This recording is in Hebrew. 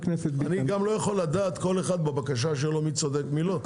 אני גם לא יכול לדעת - כל אחד בבקשה שלו - מי צודק ומי לא,